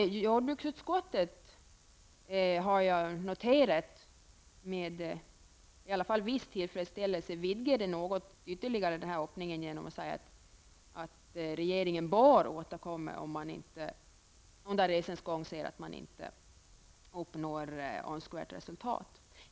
Jordbruksutskottet har noterat detta med viss tillfredsställelse och ytterligare något vidgat denna öppning genom att säga att regeringen bör återkomma, om man under resans gång säger att man inte kommer att uppnå önskvärt resultat.